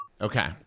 Okay